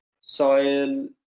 soil